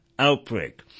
Outbreak